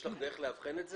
יש לך דרך לאבחן את זה?